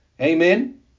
Amen